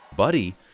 Buddy